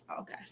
okay